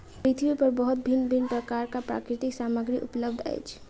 पृथ्वी पर बहुत भिन्न भिन्न प्रकारक प्राकृतिक सामग्री उपलब्ध अछि